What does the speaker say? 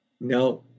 No